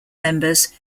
members